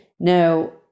Now